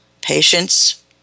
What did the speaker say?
Patience